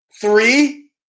Three